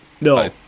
No